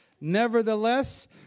nevertheless